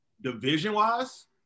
division-wise